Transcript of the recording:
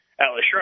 Alice